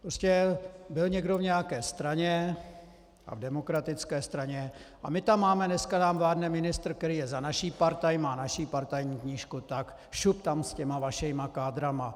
Prostě byl někdo v nějaké straně, a v demokratické straně, a my tam máme, dneska nám vládne ministr, který je za naši partaj, má naši partajní knížku, tak šup tam s těma vašima kádrama.